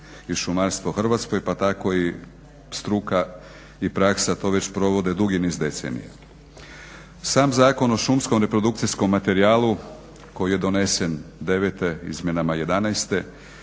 i šumarstvu Hrvatskoj pa tako i struka i praksa to već provode dugi niz decenija. Sam Zakon o šumskom reprodukcijskom materijalu koji je donesen '09., izmjenama '11.